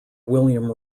william